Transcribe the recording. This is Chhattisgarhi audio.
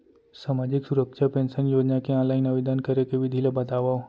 सामाजिक सुरक्षा पेंशन योजना के ऑनलाइन आवेदन करे के विधि ला बतावव